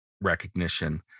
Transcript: recognition